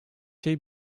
şey